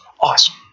Awesome